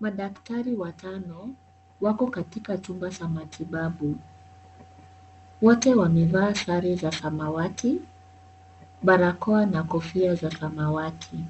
Madaktari watano wako katika chumba cha matibabu, wote wamevaa sare za samawati, barakoa na kofia za samawati,